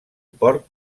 port